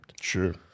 Sure